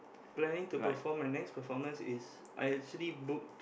planning to perform my next performance is I actually book